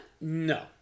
no